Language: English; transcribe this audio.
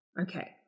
okay